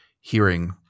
hearing